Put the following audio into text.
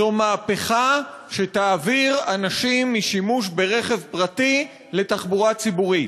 היא מהפכה שתעביר אנשים משימוש ברכב פרטי לתחבורה ציבורית.